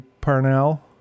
Parnell